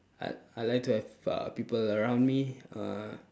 I I like to have uh people around me uh